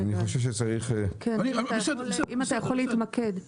אם אתה יכול להתמקד.